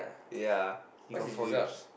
ya he got four use